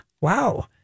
wow